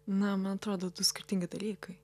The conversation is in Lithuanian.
na man atrodo du skirtingi dalykai